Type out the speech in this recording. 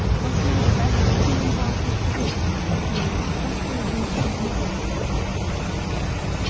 must know the best that human thought has produced if he would successfully reach and influence the thoughtful and inquiring.